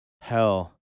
hell